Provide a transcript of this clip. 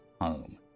home